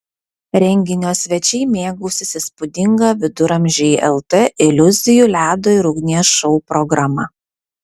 renginio svečiai mėgausis įspūdinga viduramžiai lt iliuzijų ledo ir ugnies šou programa